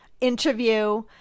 interview